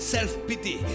Self-pity